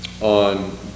on